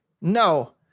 No